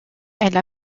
elle